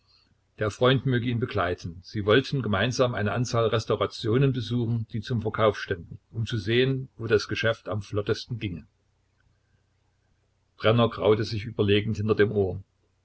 der freund möge ihn begleiten sie wollten gemeinsam eine anzahl restaurationen besuchen die zum verkauf ständen um zu sehen wo das geschäft am flottesten ginge brenner kraute sich überlegend hinter dem ohr